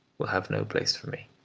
will have no place for me,